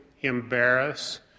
embarrass